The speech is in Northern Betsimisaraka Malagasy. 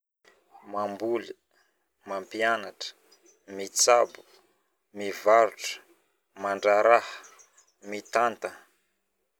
Mamboly, mampianatra, mitsabo, mivarotra, mandraharaha, mitantagna